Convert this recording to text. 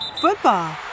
football